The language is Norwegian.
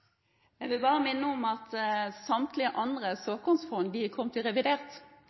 Jeg kjenner godt til Sarsia Seed, som representanten spør om. Jeg vil bare minne om at samtlige andre såkornfond er kommet med i revidert